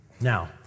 Now